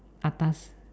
atas